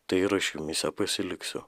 tai ir aš jumyse pasiliksiu